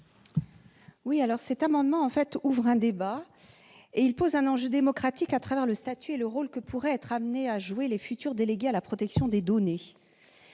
Robert. Cet amendement ouvre un débat et soulève un enjeu démocratique relatif au statut et au rôle que pourraient être amenés à jouer les futurs délégués à la protection des données.